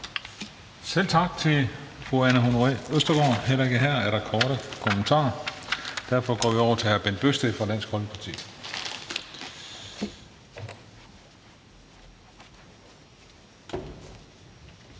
Selv tak til fru Anne Honoré Østergaard. Heller ikke her er der korte bemærkninger. Derfor går vi over til hr. Bent Bøgsted fra Dansk Folkeparti.